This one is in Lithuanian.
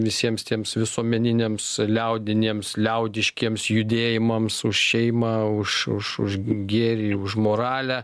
visiems tiems visuomeniniams liaudiniems liaudiškiems judėjimams už šeimą už už už gėrį už moralę